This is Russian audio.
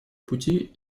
пути